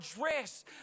dress